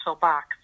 box